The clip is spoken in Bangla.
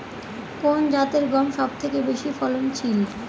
কোন জাতের গম সবথেকে বেশি ফলনশীল?